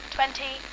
Twenty